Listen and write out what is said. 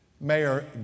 Mayor